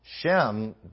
Shem